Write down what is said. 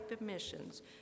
emissions